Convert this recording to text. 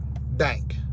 Bank